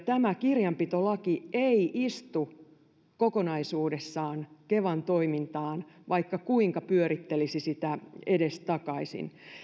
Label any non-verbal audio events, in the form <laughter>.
<unintelligible> tämä kirjanpitolaki istu kokonaisuudessaan kevan toimintaan vaikka kuinka pyörittelisi sitä edestakaisin